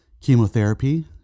chemotherapy